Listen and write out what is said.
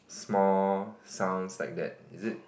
small sounds like that is it